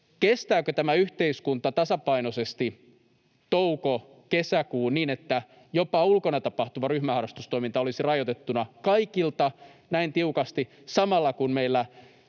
Kestääkö tämä yhteiskunta tasapainoisesti touko—kesäkuun niin, että jopa ulkona tapahtuva ryhmäharrastustoiminta olisi rajoitettuna kaikilta näin tiukasti, samalla kun meillä